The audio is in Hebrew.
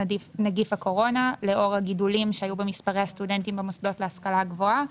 נגיף הקורונה לאור הגידולים שהיו במספרי הסטודנטים במוסדות להשכלה גבוהה